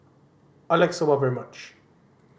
I like Soba very much